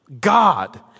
God